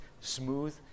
smooth